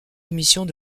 émissions